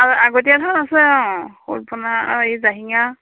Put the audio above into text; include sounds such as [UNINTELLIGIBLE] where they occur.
আৰু আগতীয়া [UNINTELLIGIBLE]